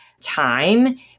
time